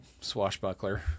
swashbuckler